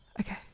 Okay